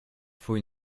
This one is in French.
faut